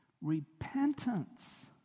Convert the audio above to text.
Repentance